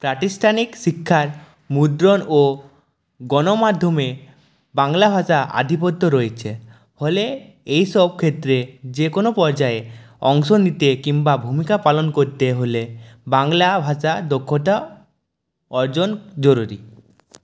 প্রাতিষ্ঠানিক শিক্ষার মুদ্রণ ও গণমাধ্যমে বাংলা ভাষার আধিপত্য রয়েছে ফলে এইসব ক্ষেত্রে যে কোনো পর্যায়ে অংশ নিতে কিম্বা ভূমিকা পালন করতে হলে বাংলা ভাষা দক্ষতা অর্জন জরুরী